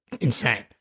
insane